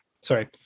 Sorry